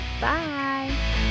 Bye